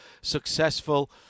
successful